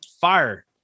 fire